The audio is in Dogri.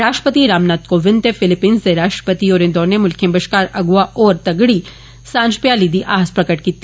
राष्ट्रपति रामनाथ कोविंद ते फिलपीन्स दे राष्ट्रपति होरें दौने म्ल्खे बश्कार अग्आं होर तगड़ी सांझ भ्याली दी आस प्रकट कीती